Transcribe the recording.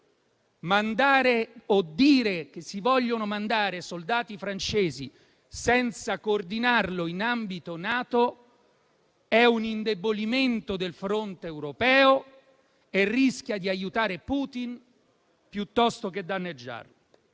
mandare (o dire che si vogliono mandare) soldati francesi senza coordinarlo in ambito NATO è un indebolimento del fronte europeo e rischia di aiutare Putin, piuttosto che danneggiarlo.